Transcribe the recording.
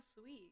sweet